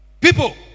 people